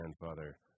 grandfather